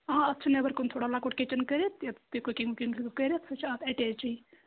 آ اتھ چھُ نیٚبر کُن تھوڑا لۅکُٹ کِچَن کٔرِتھ ییٚتٮ۪تھ تُہۍ کُکِنٛگ وُکِنٛگ ہیٚکِو کٔرِتھ سُہ چھُ اتھ اَٹیچیٕے